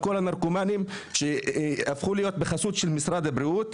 על כל הנרקומנים בחסות המרשמים של משרד הבריאות.